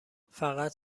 فقط